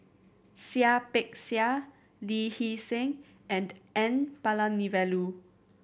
Seah Peck Seah Lee Hee Seng and N Palanivelu